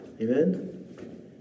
Amen